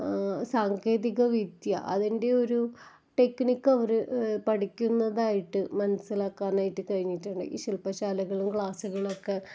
സാങ്കേതിക വിദ്യ അതിന്റെ ഒരു ടെക്നിക്കവർ പഠിക്കുന്നതായിട്ട് മനസ്സിലാക്കാനായിട്ട് കഴിഞ്ഞിട്ടുണ്ട് ഈ ശില്പ്പശാലകളും ക്ലാസ്സുകളൊക്കെ